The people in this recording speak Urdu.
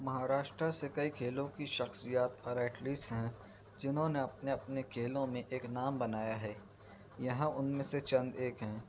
مہاراشٹر سے کئی کھیلوں کی شخصیات اور ایٹھلیس ہیں جنہوں نے اپنے اپنے کھیلوں میں ایک نام بنایا ہے یہاں ان میں سے چند ایک ہیں